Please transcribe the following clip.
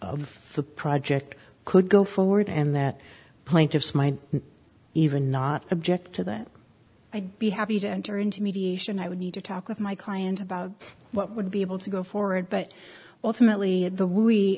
of the project could go forward and that plaintiffs might even not object to that i'd be happy to enter into mediation i would need to talk with my client about what would be able to go forward but ultimately the we